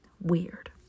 weird